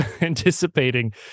anticipating